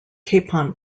capon